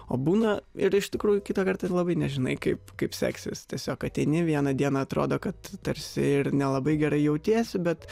o būna ir iš tikrųjų kitą kart ir labai nežinai kaip kaip seksis tiesiog ateini vieną dieną atrodo kad tarsi ir nelabai gerai jautiesi bet